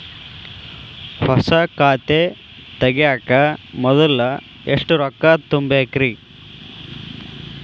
ಹೊಸಾ ಖಾತೆ ತಗ್ಯಾಕ ಮೊದ್ಲ ಎಷ್ಟ ರೊಕ್ಕಾ ತುಂಬೇಕ್ರಿ?